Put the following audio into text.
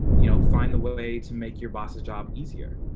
you know, find the way to make your boss's job easier,